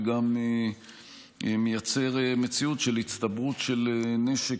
וגם מייצר מציאות של הצטברות של נשק